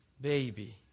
baby